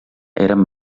eren